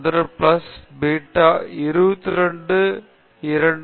எனவே பீட்டா 11 மற்றும் பீட்டா 22 ஆகியவற்றைக் கண்டுபிடிக்க மைய புள்ளிகள் தேவை